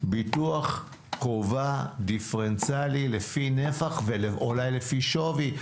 ביטוח חובה דיפרנציאלי לפי נפח ואולי לפי שווי?